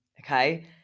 okay